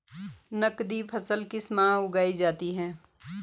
नकदी फसल किस माह उगाई जाती है?